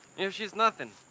she's nothing.